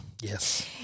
Yes